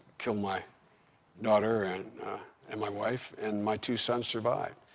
killed my daughter and and my wife, and my two sons survived.